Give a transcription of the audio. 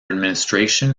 administration